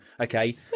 okay